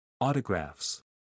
Autographs